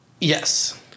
Yes